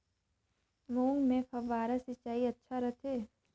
मूंग मे फव्वारा सिंचाई अच्छा रथे?